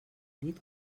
dit